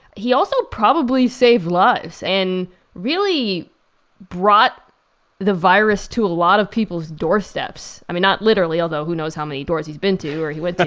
he also probably saved lives and really brought the virus to a lot of people's doorsteps. i mean, not literally, although who knows how many doors he's been to or he went to?